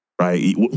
right